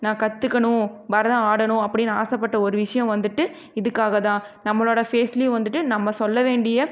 நான் கற்றுக்கணும் பரதம் ஆடணும் அப்படின்னு ஆசைப்பட்ட ஒரு விஷயம் வந்துட்டு இதுக்காக தான் நம்மளோட ஃபேஸ்லேயும் வந்துட்டு நம்ம சொல்ல வேண்டிய